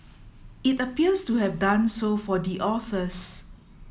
it appears to have done so for the authors